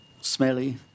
smelly